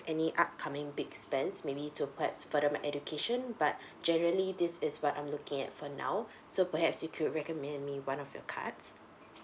any upcoming big spends maybe to perhaps further my education but generally this is what I'm looking at for now so perhaps you could recommend me one of your cards